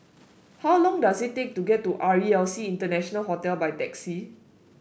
how long does it take to get to R E L C International Hotel by taxi